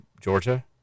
Georgia